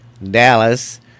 Dallas